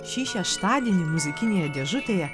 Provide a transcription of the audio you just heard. šį šeštadienį muzikinėje dėžutėje